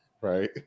Right